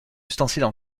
ustensiles